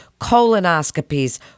colonoscopies